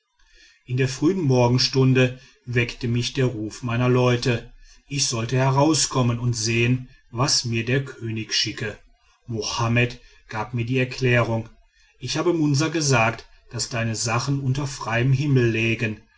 in früher morgenstunde weckte mich der ruf meiner leute ich sollte herauskommen und sehen was mir der könig schicke mohammed gab mir die erklärung ich habe munsa gesagt daß deine sachen unter freiem himmel lägen